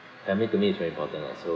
I mean to me it's very important lah so